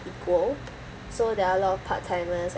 equal so there are a lot of part-timers